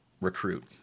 recruit